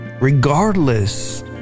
regardless